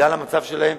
בגלל המצב שלהם,